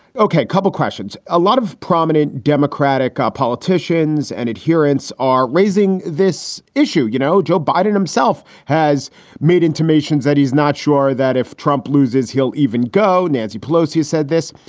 ok, couple of questions. a lot of prominent democratic ah politicians and adherents are raising this issue. you know, joe biden himself has made intimations that he's not sure that if trump loses, he'll even go. nancy pelosi said this.